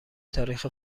تاریخ